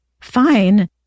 Fine